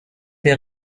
der